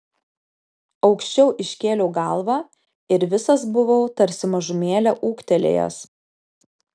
aukščiau iškėliau galvą ir visas buvau tarsi mažumėlę ūgtelėjęs